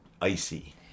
icy